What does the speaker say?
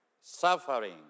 suffering